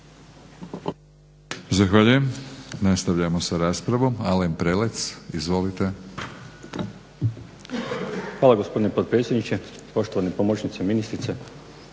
Zahvaljujem. Nastavljamo s raspravom. Alen Prelec. Izvolite. **Prelec, Alen (SDP)** Hvala gospodine potpredsjedniče. Poštovani pomoćniče ministrice,